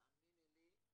תאמיני לי,